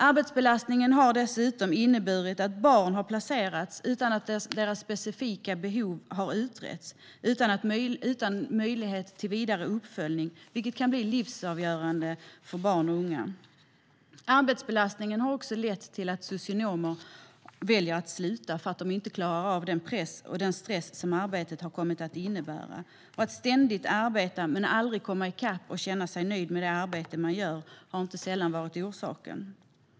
Arbetsbelastningen har dessutom inneburit att barn har placerats utan att deras specifika behov har utretts och utan möjlighet till vidare uppföljning, vilket kan bli livsavgörande för barn och unga. Arbetsbelastningen har också lett till att socionomer väljer att sluta för att de inte klarar av den press och den stress som arbetet har kommit att innebära. Att ständigt arbeta men aldrig komma i kapp och känna sig nöjd med det arbete som man gör har inte sällan varit orsaken.